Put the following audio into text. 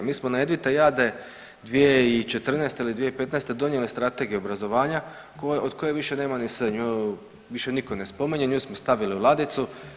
Mi smo na jedvite jade 2014. ili 2015. donijeli Strategiju obrazovanja od koje više nema ni S, nju više niko ne spominje, nju smo stavili u ladicu.